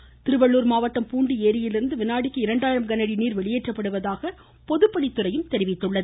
அதேபோல் திருவள்ளுர் மாவட்டம் பூண்டி ஏரியிலிருந்து வினாடிக்கு இரண்டாயிரம் கனஅடி நீர் வெளியேற்றப்படுவதாக பொதுப்பணித்துறை தெரிவித்துள்ளது